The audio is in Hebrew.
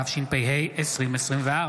התשפ"ה 2024,